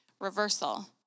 reversal